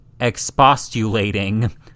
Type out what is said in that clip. expostulating